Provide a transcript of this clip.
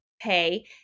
pay